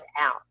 out